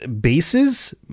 bases